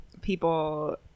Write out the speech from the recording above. people